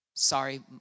Sorry